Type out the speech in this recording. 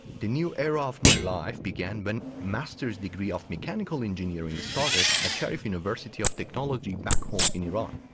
the new era of my life began when master's degree of mechanical engineering started at sharif university of technology back home in iran.